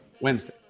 Wednesday